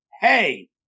hey